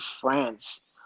France